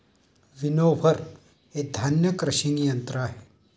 winnower हे धान्य crushing यंत्र आहे